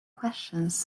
questions